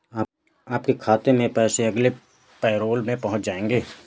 आपके खाते में पैसे अगले पैरोल में पहुँच जाएंगे